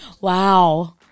Wow